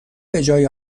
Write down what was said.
بجای